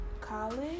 college